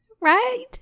right